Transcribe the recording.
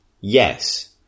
Yes